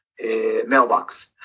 mailbox